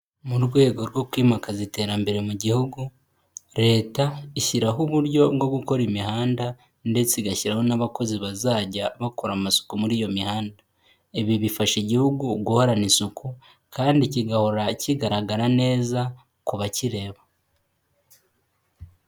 Mu rwego rwo kwimakaza iterambere mu gihugu, leta ishyiraho uburyo bwo gukora imihanda, ndetse igashyiraho n'abakozi bazajya bakora amasuku muri iyo mihanda, ibi bifasha igihugu, guhorana isuku, kandi kigahora kigaragara neza ku bakireba.